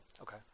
Okay